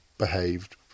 behaved